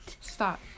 Stop